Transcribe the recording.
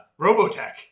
Robotech